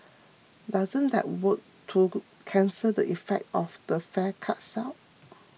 doesn't that work to cancel the effect of the fare cuts out